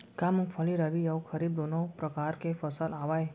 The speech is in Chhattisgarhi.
का मूंगफली रबि अऊ खरीफ दूनो परकार फसल आवय?